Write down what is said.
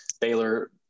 Baylor